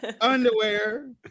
underwear